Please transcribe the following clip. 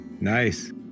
Nice